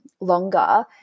longer